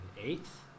eighth